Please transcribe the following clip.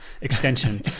extension